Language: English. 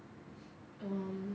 um